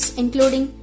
including